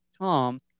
Tom